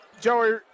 Joey